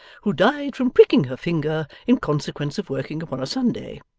who died from pricking her finger in consequence of working upon a sunday.